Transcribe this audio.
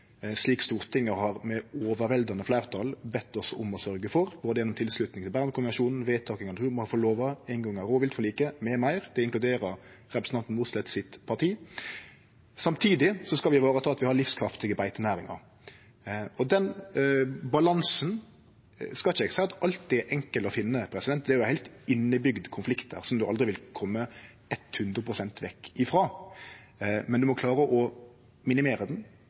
slik Stortinget med overveldande fleirtal har bedt oss om å sørgje for, og med det tilslutning til Bernkonvensjonen, vedtaking av naturmangfaldlova, inngåing av rovviltforliket m.m. Det inkluderer partiet til representanten Mossleth. Samtidig skal vi ta i vare at vi har livskraftige beitenæringar. Den ballansen skal eg ikkje seie alltid er enkel å finne, det er heilt innebygde konfliktar som ein aldri vil kome hundre prosent vekk ifrå. Men ein må klare å minimere